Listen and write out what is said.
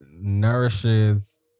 nourishes